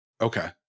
Okay